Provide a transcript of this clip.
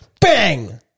bang